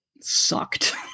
sucked